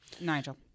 Nigel